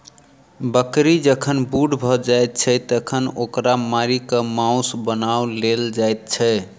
बकरी जखन बूढ़ भ जाइत छै तखन ओकरा मारि क मौस बना लेल जाइत छै